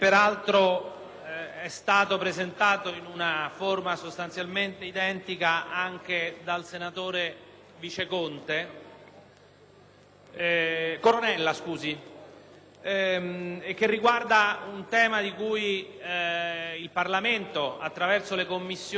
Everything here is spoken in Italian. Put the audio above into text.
Coronella, e che riguarda un tema di cui il Parlamento nelle Commissioni ambiente di Camera e Senato si è occupato: si tratta del decreto legislativo che recepisce la direttiva sulla raccolta delle pile.